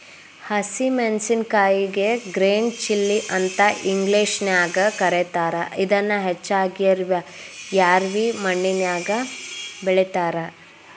ಹಸಿ ಮೆನ್ಸಸಿನಕಾಯಿಗೆ green chilli ಅಂತ ಇಂಗ್ಲೇಷನ್ಯಾಗ ಕರೇತಾರ, ಇದನ್ನ ಹೆಚ್ಚಾಗಿ ರ್ಯಾವಿ ಮಣ್ಣಿನ್ಯಾಗ ಬೆಳೇತಾರ